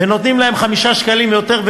ונותנים להם 5 שקלים יותר,